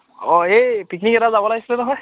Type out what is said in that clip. অঁ এই পিকনিক এটা যাব লাগিছিলে নহয়